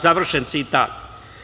Završen citat.